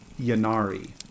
Yanari